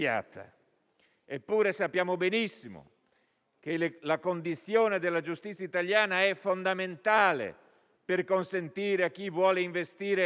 Eppure sappiamo benissimo che la condizione della giustizia italiana è fondamentale per consentire di venire